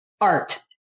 art